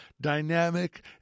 dynamic